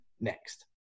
next